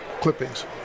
clippings